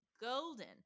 golden